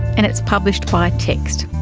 and it's published by text.